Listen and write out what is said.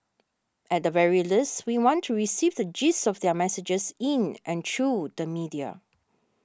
at the very least we want to receive the gist of their messages in and through the media